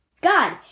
God